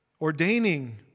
ordaining